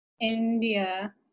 India